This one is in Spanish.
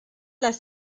las